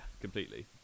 completely